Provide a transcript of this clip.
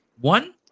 One